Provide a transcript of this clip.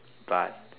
but